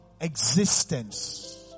existence